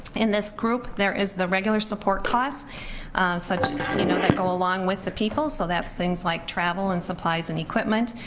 in this group there is the regular support costs you know that go along with the people, so that's things like travel and supplies and equipment.